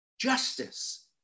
justice